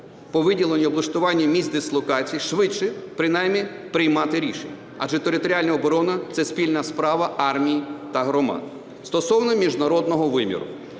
по виділенню і облаштуванню місць дислокації, швидше принаймні приймати рішення, адже територіальна оборона – це спільна справа армії та громад. Стосовно міжнародного виміру.